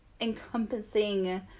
encompassing